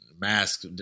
mask